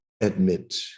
admit